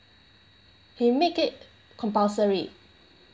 he make it compulsory